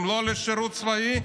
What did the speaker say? אם לא לשירות צבאי,